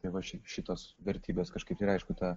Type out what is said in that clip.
tai va šitos vertybės kažkaip yra aišku ta